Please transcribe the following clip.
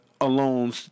alone